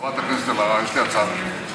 חברת הכנסת אלהרר, יש לי הצעה בשבילך.